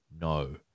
No